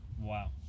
Wow